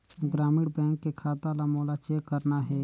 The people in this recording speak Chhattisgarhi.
ग्रामीण बैंक के खाता ला मोला चेक करना हे?